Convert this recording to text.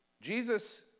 Jesus